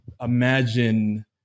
imagine